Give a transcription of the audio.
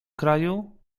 kraju